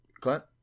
Clint